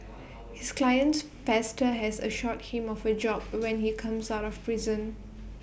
his client's pastor has assured him of A job when he comes out of prison